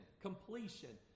Completion